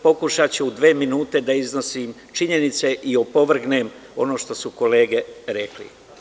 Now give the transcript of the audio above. Pokušaću u dve minute da iznesem činjenice i opovrgnem ono što su kolege rekle.